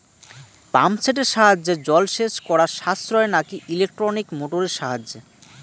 Pump সেটের সাহায্যে জলসেচ করা সাশ্রয় নাকি ইলেকট্রনিক মোটরের সাহায্যে?